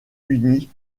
uni